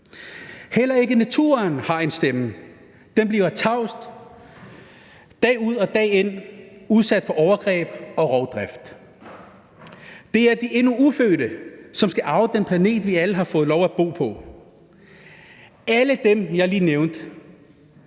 Heller ikke naturen har en stemme. Den bliver tavst dag ud og dag ind udsat for overgreb og rovdrift. Det er de endnu ufødte, som skal arve den planet, vi alle har fået lov at bo på. Alle dem, jeg lige nævnte,